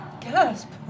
gasp